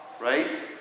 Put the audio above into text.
Right